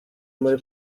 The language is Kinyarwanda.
muri